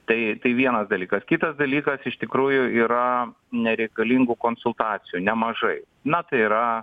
tai tai vienas dalykas kitas dalykas iš tikrųjų yra nereikalingų konsultacijų nemažai na tai yra